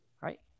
right